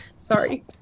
sorry